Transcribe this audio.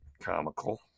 comical